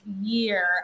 year